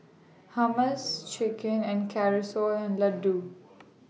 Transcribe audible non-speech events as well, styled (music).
Hummus Chicken and (unintelligible) and Ladoo